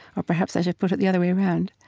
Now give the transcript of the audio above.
or perhaps i should put it the other way around,